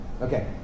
Okay